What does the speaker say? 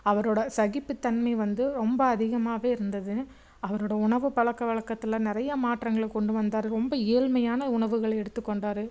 அவரோடய சகிப்புத்தன்மை வந்து ரொம்ப அதிகமாகவே இருந்தது அவரோடய உணவு பழக்க வழக்கத்தில் நிறைய மாற்றங்களை கொண்டு வந்தாரு ரொம்ப ஏழ்மையான உணவுகளை எடுத்துக்கொண்டாரு